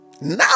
now